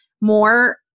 more